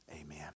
Amen